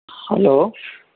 hello